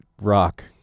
rock